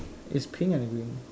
is pink and the green